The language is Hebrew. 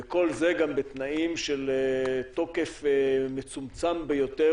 וכל זה גם בתנאים של תוקף מצומצם ביותר